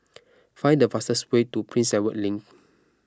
find the fastest way to Prince Edward Link